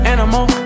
Animal